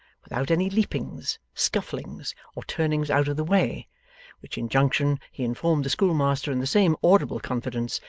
without any leapings, scufflings, or turnings out of the way which injunction, he informed the schoolmaster in the same audible confidence,